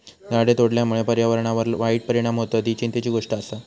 झाडे तोडल्यामुळे पर्यावरणावर वाईट परिणाम होतत, ही चिंतेची गोष्ट आसा